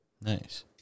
Nice